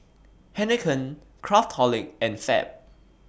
Heinekein Craftholic and Fab